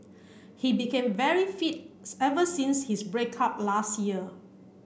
he became very fit ever since his break up last year